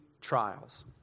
trials